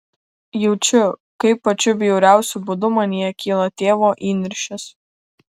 jaučiu kaip pačiu bjauriausiu būdu manyje kyla tėvo įniršis